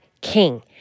king